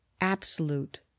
Absolute